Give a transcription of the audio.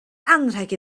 anrheg